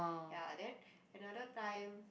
ya then another time